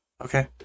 Okay